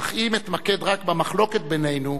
אך אם אתמקד רק במחלוקת בינינו,